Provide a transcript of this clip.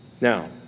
Now